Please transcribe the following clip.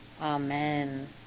Amen